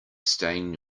stain